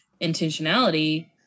intentionality